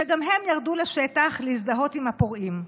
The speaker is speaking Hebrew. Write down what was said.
שגם הם ירדו לשטח להזדהות עם הפורעים.